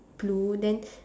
blue then